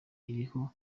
iriho